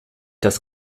das